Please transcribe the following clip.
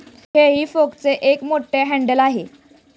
हेई फॉकचे एक मोठे हँडल आहे